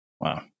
Wow